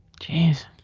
Jeez